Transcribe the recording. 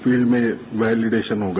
field में validation होगा